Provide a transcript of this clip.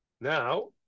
Now